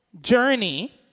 journey